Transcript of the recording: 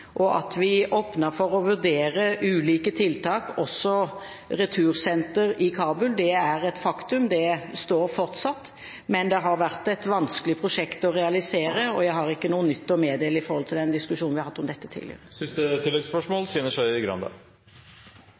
At vi åpner for å vurdere ulike tiltak, også retursenter i Kabul, er et faktum. Det står fortsatt. Men det har vært et vanskelig prosjekt å realisere. Jeg har ikke noe nytt å meddele når det gjelder diskusjonen vi har hatt om dette tidligere. Trine Skei Grande